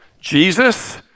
Jesus